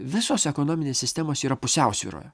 visos ekonominės sistemos yra pusiausvyroje